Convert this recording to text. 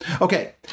Okay